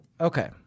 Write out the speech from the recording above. Okay